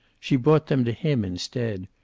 she brought them to him instead,